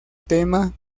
tema